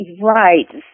Right